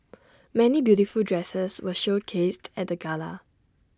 many beautiful dresses were showcased at the gala